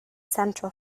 central